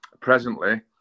presently